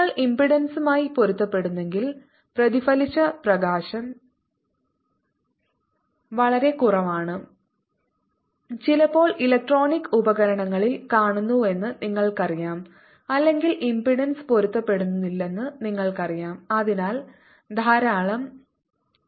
നിങ്ങൾ ഇംപെഡൻസുമായി പൊരുത്തപ്പെടുന്നെങ്കിൽ പ്രതിഫലിച്ച പ്രകാശം വളരെ കുറവാണ് ചിലപ്പോൾ ഇലക്ട്രോണിക് ഉപകരണങ്ങളിൽ കാണുന്നുവെന്ന് നിങ്ങൾക്കറിയാം അല്ലെങ്കിൽ ഇംപെഡൻസ് പൊരുത്തപ്പെടുന്നില്ലെന്ന് നിങ്ങൾക്കറിയാം അതിനാൽ ധാരാളം ശബ്ദമോ മറ്റോ ഉണ്ട്